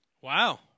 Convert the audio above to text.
Wow